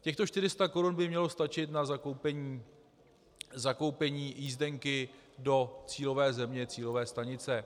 Těchto 400 korun by mělo stačit na zakoupení jízdenky do cílové země, cílové stanice.